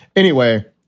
anyway,